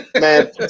Man